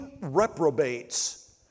reprobates